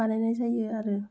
बानायनाय जायो आरो